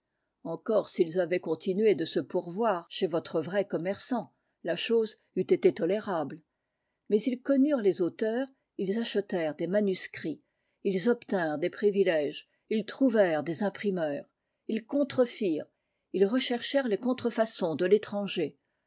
encore s'ils avaient continué de se pourvoir chez votre vrai commerçant la chose eût été tolérable mais ils connurent les auteurs ils achetèrent des manuscrits ils obtinrent des privilèges ils trouvèrent des imprimeurs ils contrefirent ils recherchèrent les contrefaçons de l'étranger